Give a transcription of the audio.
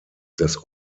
des